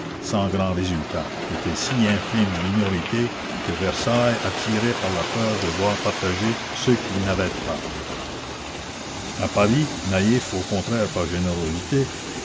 sans grand résultat étaient si infime minorité que versailles attirait par la peur de voir partager ce qu'ils n'avaient pas a paris naïfs au contraire par générosité